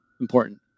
important